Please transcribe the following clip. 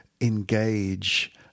engage